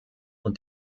und